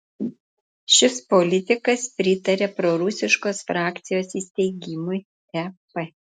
šis politikas pritaria prorusiškos frakcijos įsteigimui ep